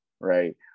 right